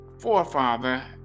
forefather